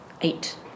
eight